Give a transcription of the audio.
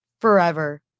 forever